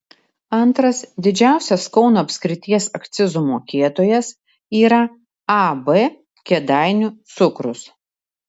antras didžiausias kauno apskrities akcizų mokėtojas yra ab kėdainių cukrus